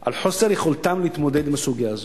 על חוסר יכולתם להתמודד עם הסוגיה הזאת.